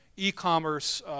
e-commerce